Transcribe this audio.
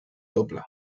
doble